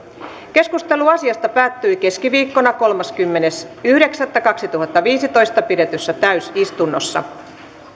keskustelu asiasta päättyi keskiviikkona kolmaskymmenes yhdeksättä kaksituhattaviisitoista pidetyssä täysistunnossa